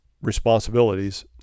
responsibilities